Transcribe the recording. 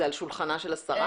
זה על שולחנה של השרה?